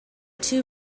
two